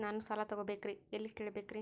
ನಾನು ಸಾಲ ತೊಗೋಬೇಕ್ರಿ ಎಲ್ಲ ಕೇಳಬೇಕ್ರಿ?